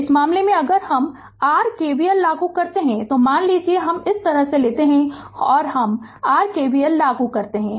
तो इस मामले में अगर हम r KVL लागू करता है तो मान लीजिए कि हम इस तरह से लेते है और हम r KVL लागू करते है